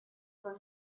for